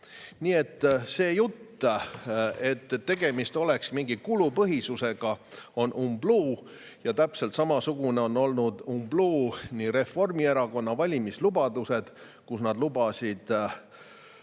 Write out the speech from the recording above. Nii et see jutt, et tegemist oleks mingi kulupõhisusega, on umbluu, ja täpselt samasugune on olnud umbluu Reformierakonna valimislubadused, kus nad lubasid